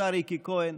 אותה ריקי כהן,